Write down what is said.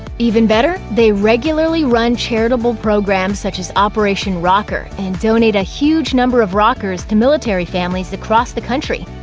even better? they regularly run charitable programs such as operation rocker, and donate a huge number of rockers to military families across the country.